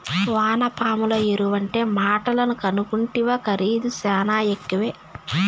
వానపాముల ఎరువంటే మాటలనుకుంటివా ఖరీదు శానా ఎక్కువే